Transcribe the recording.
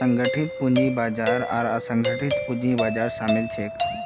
संगठित पूंजी बाजार आर असंगठित पूंजी बाजार शामिल छेक